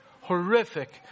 horrific